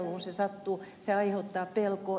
se sattuu se aiheuttaa pelkoa